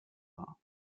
war